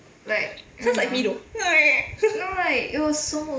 sounds like me though